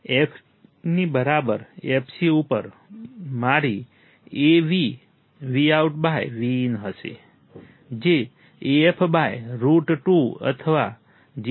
f ની બરાબર fc ઉપર મારી AV Vout બાય Vin હશે જે AF બાય રૂટ 2 અથવા 0